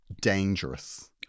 dangerous